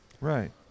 Right